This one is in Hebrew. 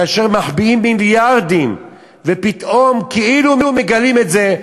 כאשר מחביאים מיליארדים ופתאום כאילו מגלים את זה,